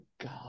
God